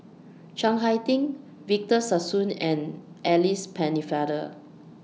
Chiang Hai Ding Victor Sassoon and Alice Pennefather